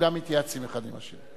הם גם מתייעצים אחד עם השני.